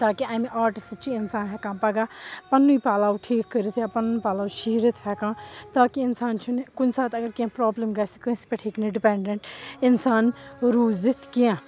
تاکہِ اَمہِ آرٹ سۭتۍ چھِ اِنسان ہٮ۪کان پَگاہ پنٛنُے پَلَو ٹھیٖک کٔرِتھ یا پَنُن پَلَو شیٖرِتھ ہٮ۪کان تاکہِ اِنسان چھُنہٕ کُنہِ ساتہٕ اَگر کیٚنٛہہ پرٛابلِم گژھِ کٲنٛسہِ پٮ۪ٹھ ہیٚکہِ نہٕ ڈِپٮ۪نٛڈَٮ۪نٛٹ اِنسان روٗزِتھ کیٚنٛہہ